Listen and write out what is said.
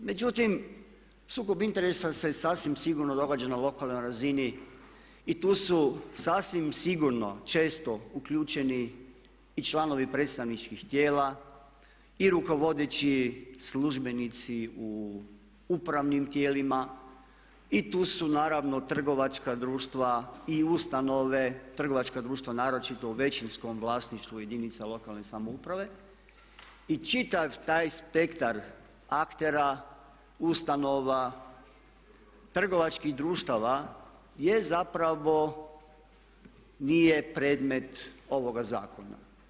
Međutim, sukob interesa se sasvim sigurno događa na lokalnoj razini i tu su sasvim sigurno često uključeni i članovi predstavničkih tijela i rukovodeći službenici u upravnim tijelima i tu su naravno trgovačka društva i ustanove, trgovačka društva naročito u većinskom vlasništvu jedinica lokalne samouprave i čitav taj spektar aktera, ustanova, trgovačkih društava je zapravo nije predmet ovoga zakona.